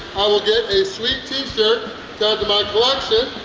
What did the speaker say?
i will get a sweet t-shirt to add to my collection.